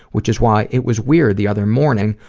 which is why it was weird the other morning,